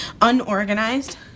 unorganized